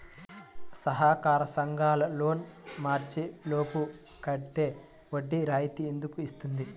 సహకార సంఘాల లోన్ మార్చి లోపు కట్టితే వడ్డీ రాయితీ ఎందుకు ఇస్తుంది?